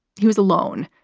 he was alone,